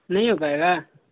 नहीं हो पाएगा